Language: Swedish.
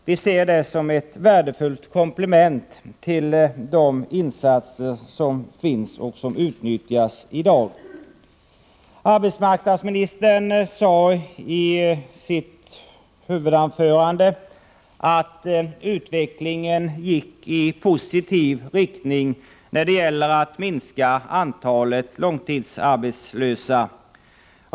Vi ser det som ett värdefullt komplement till de insatser som utnyttjas i dag. Arbetsmarknadsministern sade i sitt huvudanförande att utvecklingen går i positiv riktning när det gäller att minska antalet långtidsarbetslösa.